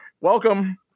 welcome